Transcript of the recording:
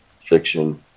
fiction